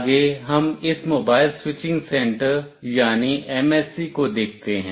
आगे हम इस मोबाइल स्विचिंग सेंटर यानी MSC को देखते हैं